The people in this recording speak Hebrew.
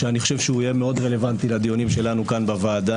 שאני חושב שהוא יהיה מאוד רלוונטי לדיונים שלנו כאן בוועדה.